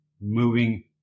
moving